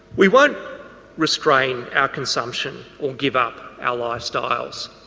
we won't restrain our consumption or give up our lifestyles.